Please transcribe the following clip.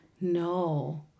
no